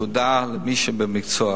תעודה למי שבמקצוע.